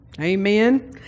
Amen